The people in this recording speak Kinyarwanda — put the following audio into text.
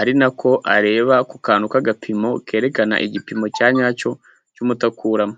ari na ko areba ku kantu k'agapimo kerekana igipimo cya nyacyo cy'umuti akuramo.